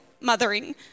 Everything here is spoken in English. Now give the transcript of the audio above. mothering